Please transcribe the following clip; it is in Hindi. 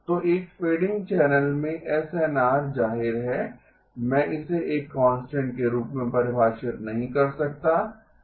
तो एक फ़ेडिंग चैनल में एसएनआर जाहिर है मैं इसे एक कांस्टेंट के रूप में परिभाषित नहीं कर सकता